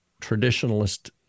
traditionalist